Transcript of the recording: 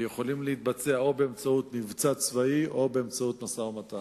הדברים האלה יכולים להתבצע או באמצעות מבצע צבאי או באמצעות משא-ומתן.